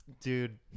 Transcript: Dude